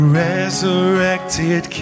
resurrected